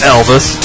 Elvis